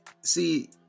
see